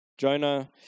Jonah